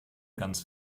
ganz